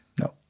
No